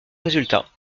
résultat